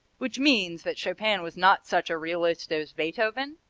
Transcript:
which means that chopin was not such a realist as beethoven?